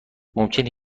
ممکنه